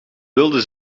wilde